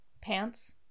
Pants